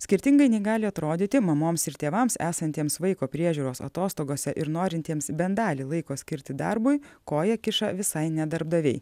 skirtingai nei gali atrodyti mamoms ir tėvams esantiems vaiko priežiūros atostogose ir norintiems bent dalį laiko skirti darbui koją kiša visai ne darbdaviai